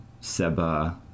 Seba